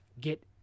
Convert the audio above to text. get